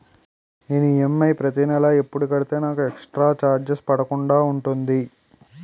నేను ఈ.ఎమ్.ఐ ప్రతి నెల ఎపుడు కడితే నాకు ఎక్స్ స్త్ర చార్జెస్ పడకుండా ఉంటుంది?